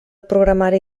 programari